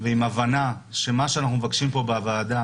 ועם הבנה שמה שאנחנו מבקשים פה בוועדה